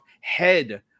head